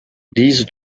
diese